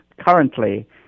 currently